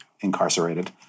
incarcerated